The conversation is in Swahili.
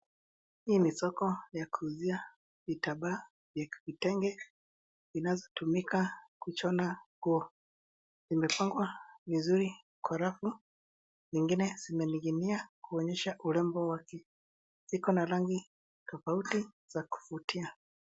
Hii ni soko ya kuuzia vitambaa vya vitenge vinazotumika kushona nguo. Imepangwa vizuri kwa rafu. Nyingine zimening'inia kuonyesha urembo wake, ziko na rangi tofauti za kuvutia.